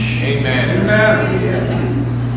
Amen